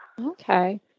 Okay